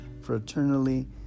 fraternally